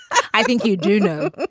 i think you do know.